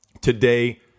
Today